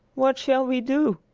what shall we do?